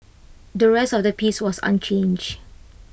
the rest of the piece was unchanged